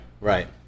right